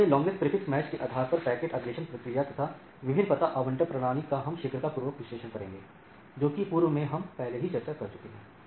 तो अंत में लांगेस्ट प्रीफिक्स मैच के आधार पर पैकेट अन्वेषण प्रक्रिया तथा विभिन्न पता आवंटन प्रणाली का हम शीघ्रता पूर्वक विश्लेषण करेंगे जो कि पूर्व में हम पहले ही चर्चा कर चुके हैं